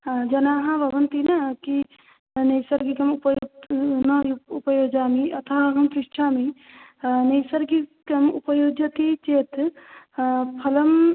हा जनाः भवन्ति न की नैसर्गिकम् उपयोक् न उपयोजामि अतः अहं पृच्छामि नैसर्गिकम् उपयुजति चेत् फलं